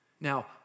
Now